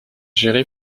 géré